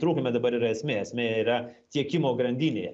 trūkume dabar yra esmė esmė yra tiekimo grandinėje